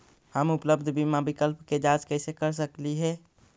हम उपलब्ध बीमा विकल्प के जांच कैसे कर सकली हे?